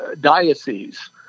diocese